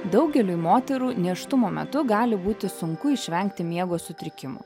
daugeliui moterų nėštumo metu gali būti sunku išvengti miego sutrikimų